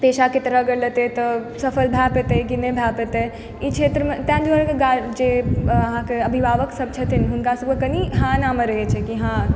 पेशाके तरह गलत लेतै तऽ सफल भऽ पेतै कि नहि भऽ पेतै ई क्षेत्रमे तैँ दुआरे गार्जियन जँ अहाँके अभिभावक सभ छथिन हुनका सभके कनि हाँ ना मे रहैत छै कि हँ